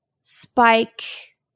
Spike